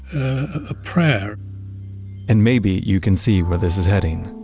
a prayer and maybe you can see where this is heading.